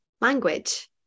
language